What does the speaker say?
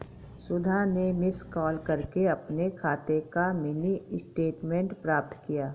सुधा ने miss call करके अपने खाते का मिनी स्टेटमेंट प्राप्त किया